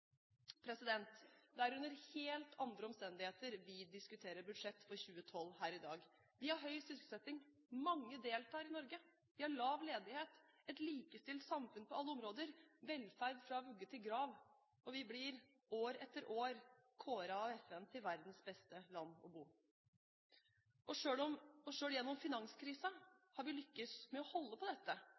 Det er under helt andre omstendigheter vi diskuterer budsjettet for 2012 her i dag. Vi har høy sysselsetting, mange deltar i Norge. Vi har lav ledighet, et likestilt samfunn på alle områder, velferd fra vugge til grav, og vi blir år etter år kåret av FN til verdens beste land å bo i. Selv gjennom finanskrisen har vi lyktes med å holde på dette,